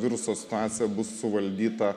viruso situacija bus suvaldyta